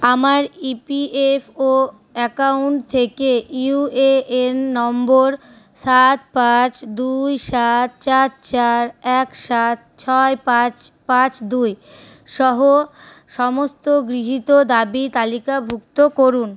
আমার EPFO account থেকে UAN number সাত পাঁচ দুই সাত চার চার এক সাত ছয় পাঁচ পাঁচ দুই সহ সমস্ত গৃহীত দাবি তালিকাভুক্ত করুন